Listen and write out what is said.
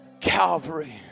Calvary